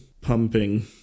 pumping